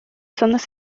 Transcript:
zonas